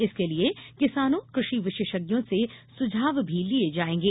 इसके लिये किसानों कृषि विशेषज्ञों से सुझाव भी लिये जायेंगे